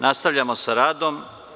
Nastavljamo sa radom.